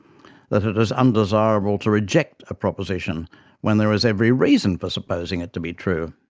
that it is undesirable to reject a proposition when there is every reason for supposing it to be true.